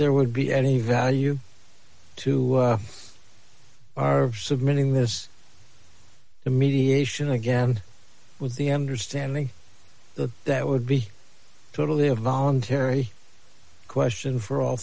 there would be any value to our submitting this to mediation again with the ender stanley the that would be totally a voluntary question for all